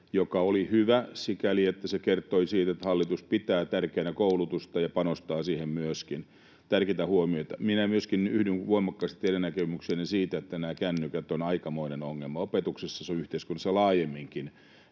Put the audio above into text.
joka oli hyvä sikäli, että se kertoi siitä, että hallitus pitää tärkeänä koulutusta ja panostaa siihen myöskin — tärkeitä huomioita. Minä myöskin yhdyn voimakkaasti teidän näkemyksenne siitä, että nämä kännykät ovat aikamoinen ongelma opetuksessa ja yhteiskunnassa laajemminkin,